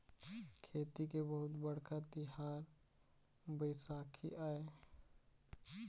खेती के बहुत बड़का तिहार बइसाखी आय